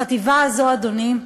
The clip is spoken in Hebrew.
החטיבה הזאת, אדוני,